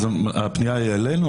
אז הפנייה היא אלינו,